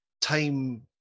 time